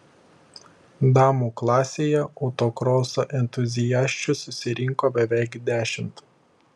damų klasėje autokroso entuziasčių susirinko beveik dešimt